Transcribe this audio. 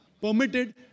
permitted